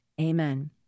Amen